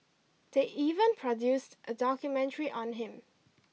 they even produced a documentary on him